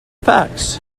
facts